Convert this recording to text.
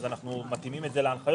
אז אנחנו מתאימים את זה להנחיות.